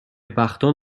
بختان